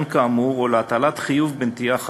כאמור או להטלת חיוב בנטיעה חלופית.